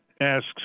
Asks